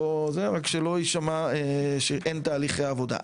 רק שלא יישמע שאין תהליכי עבודה.